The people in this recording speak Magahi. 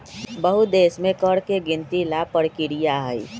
बहुत देश में कर के गिनती ला परकिरिया हई